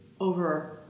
over